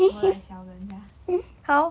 我 like 小冷 sia